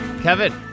Kevin